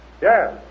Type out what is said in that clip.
yes